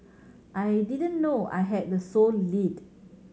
I didn't know I had the sole lead